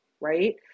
right